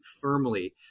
firmly